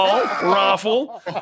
Raffle